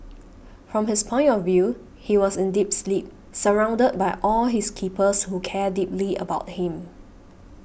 from his point of view he was in deep sleep surrounded by all his keepers who care deeply about him